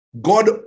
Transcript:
God